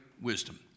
wisdom